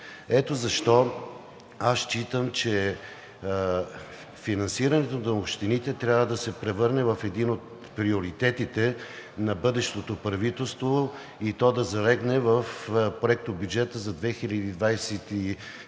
Ето защо аз считам, че финансирането на общините трябва да се превърне в един от приоритетите на бъдещото правителство и то да залегне в Проектобюджета за 2023 г.,